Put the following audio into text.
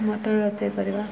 mutton ରୋଷେଇ କରିବା